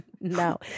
No